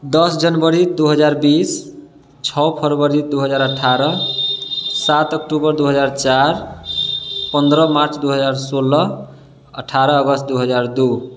दस जनवरी दू हजार बीस छओ फरवरी दू हजार अठारह सात अक्टूबर दू हजार चारि पन्द्रह मार्च दू हजार सोलह अठारह अगस्त दू हजार दू